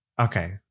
Okay